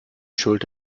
schuld